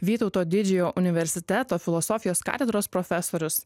vytauto didžiojo universiteto filosofijos katedros profesorius